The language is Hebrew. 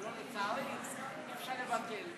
לצערי, אי-אפשר לבטל.